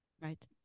Right